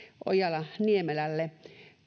ojala niemelälle